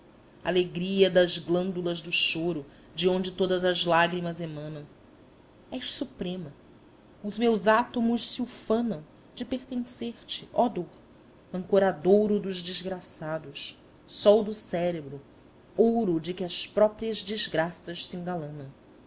alegria das glândulas do choro de onde todas as lágrimas emanam és suprema os meus átomos se ufanam de pertencer te oh dor ancoradouro dos desgraçados sol do cérebro ouro de que as próprias desgraças se engalanam